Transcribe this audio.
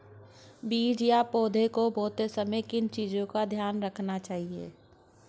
बीज या पौधे को बोते समय किन चीज़ों का ध्यान रखना चाहिए?